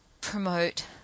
promote